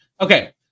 Okay